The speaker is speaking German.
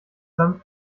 seinem